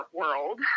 world